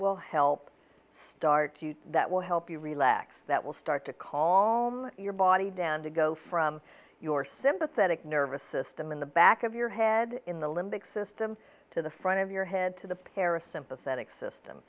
will help start that will help you relax that will start to call your body down to go from your sympathetic nervous system in the back of your head in the limbic system to the front of your head to the parasympathetic system